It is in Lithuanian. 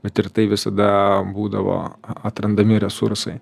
bet ir tai visada būdavo atrandami resursai